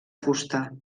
fusta